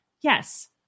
yes